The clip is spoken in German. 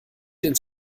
ins